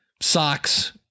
Socks